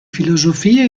filosofia